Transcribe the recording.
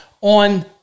on